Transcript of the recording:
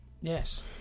Yes